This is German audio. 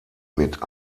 mit